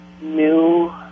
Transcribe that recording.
New